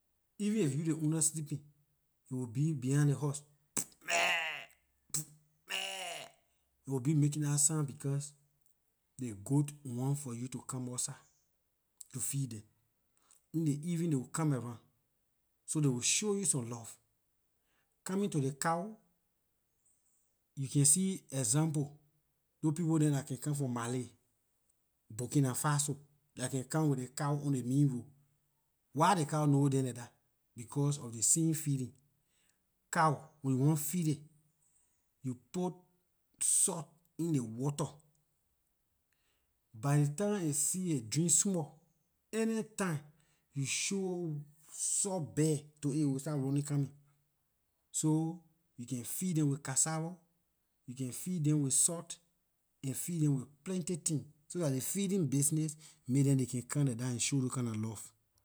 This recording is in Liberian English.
Even if you ley ownlor sleeping, they will behind ley house meh meh, they will be making dah sound because dey goat want for you to come outside to feed them. In ley evening they will come around, so they will show you some love. Coming to ley cow, you can see example, those people dem dah can come from mali, burkina faso, dah can come with ley cow on ley main road, why dey cow know them like that because of ley same feeling. Cow, when you want feed it, you put salt in ley water, by ley time it see a drink small, anytime you show salt bag to it, it will start running coming, so you can feed them with cassava, you can feed them with salt and feed them with plenty things, so dah ley feeding business make them dey come like dat and show those kinda love.